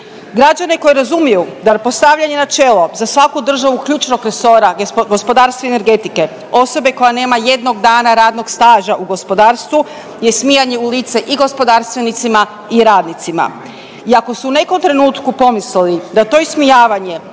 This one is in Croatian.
Građane koji razumiju da postavljanje na čelu za svaku državu ključnog resora gospodarstva i energetike osobe koja nema jednog dana radnog staža u gospodarstvu je smijanje u lice i gospodarstvenicima i radnicima. I ako su u nekom trenutku pomislili da to ismijavanje